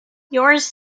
yours